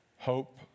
Hope